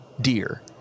deer